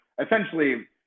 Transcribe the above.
essentially